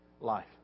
life